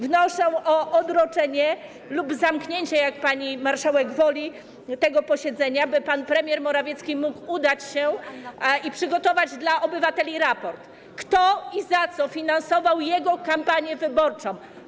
Wnoszę o odroczenie lub zamknięcie, jak pani marszałek woli, tego posiedzenia, by pan premier Morawiecki mógł przygotować dla obywateli raport o tym, kto i za co finansował jego kampanię wyborczą.